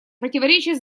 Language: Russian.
противоречат